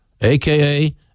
aka